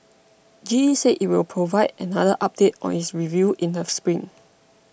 G E said it will provide another update on its review in the spring